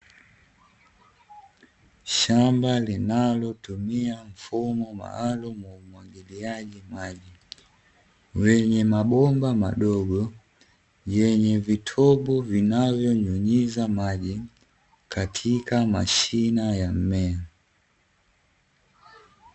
Shamba linalotumia mfumo maalumu wa umwagiliaji maji; wenye mabomba madogo, yenye vitobo vinavyonyunyiza maji katika mashina ya mimea.